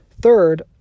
Third